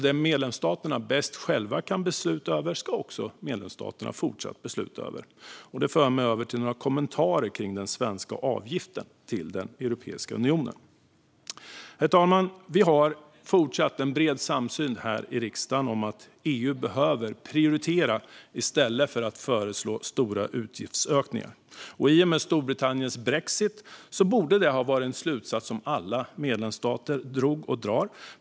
Det medlemsstaterna bäst själva kan besluta om ska medlemsstaterna fortsätta att besluta om. Detta för mig över till några kommentarer kring den svenska avgiften till Europeiska unionen. Herr talman! Vi har fortsatt en bred samsyn här i riksdagen om att EU behöver prioritera i stället för att föreslå stora utgiftsökningar. I och med Storbritanniens brexit borde det ha varit en slutsats som alla medlemsstater drog och drar.